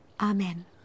Amen